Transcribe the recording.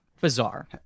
Bizarre